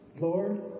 Lord